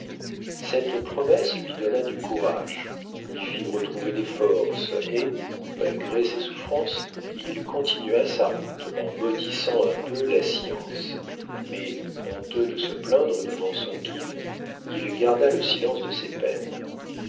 cette promesse lui donna du courage lui fit retrouver des forces et malgré ses souffrances il continua sa route en maudissant un peu la science mais honteux de se plaindre devant son guide il garda le secret de ses peines